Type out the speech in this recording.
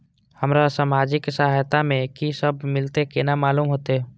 हमरा सामाजिक सहायता में की सब मिलते केना मालूम होते?